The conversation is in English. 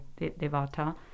Devata